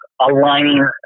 aligning